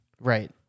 right